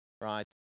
right